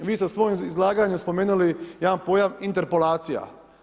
Vi sa svojim izlaganjem spomenuli jedan pojam interpolacija.